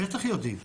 בטח יודעים.